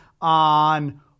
on